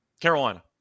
Carolina